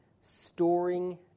storing